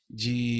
de